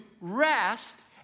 rest